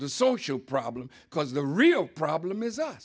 the social problem because the real problem is us